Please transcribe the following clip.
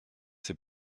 ces